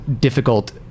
difficult